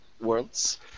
Worlds